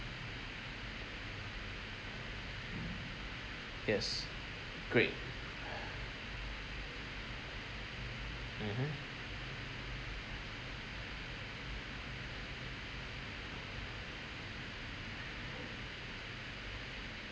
yes great mmhmm